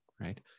right